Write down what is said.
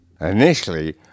initially